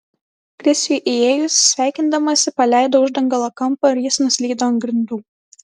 krisiui įėjus sveikindamasi paleido uždangalo kampą ir jis nuslydo ant grindų